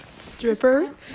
Stripper